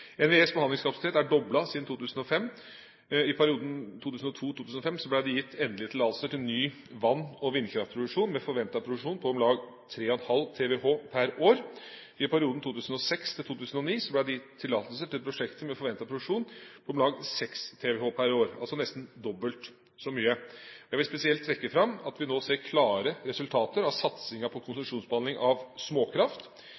NVEs behandlingskapasitet er doblet siden 2005. I perioden 2002–2005 ble det gitt endelige tillatelser til ny vann- og vindkraftproduksjon med forventet produksjon på om lag 3,5 TWh per år. I perioden 2006–2009 ble det gitt tillatelser til prosjekter med forventet produksjon på om lag 6 TWh per år, altså nesten dobbelt så mye. Jeg vil spesielt trekke fram at vi nå ser klare resultater av satsingen på